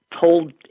told